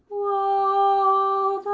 o